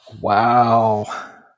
wow